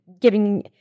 giving